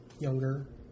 younger